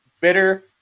bitter